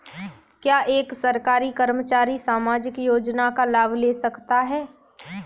क्या एक सरकारी कर्मचारी सामाजिक योजना का लाभ ले सकता है?